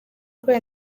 kuri